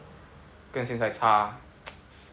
跟现在差